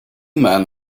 men